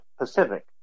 Pacific